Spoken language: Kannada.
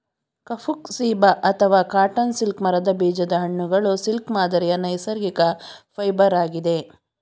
ಕಫುಕ್ ಸೀಬಾ ಅಥವಾ ಕಾಟನ್ ಸಿಲ್ಕ್ ಮರದ ಬೀಜದ ಹಣ್ಣುಗಳು ಸಿಲ್ಕ್ ಮಾದರಿಯ ನೈಸರ್ಗಿಕ ಫೈಬರ್ ಆಗಿದೆ